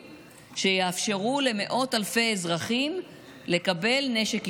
שיאפשרו למאות אלפי אזרחים לקבל נשק אישי.